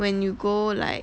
when you go like